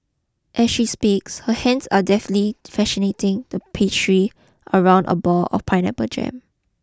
as she speaks her hands are deftly fashioning the pastry around a ball of pineapple jam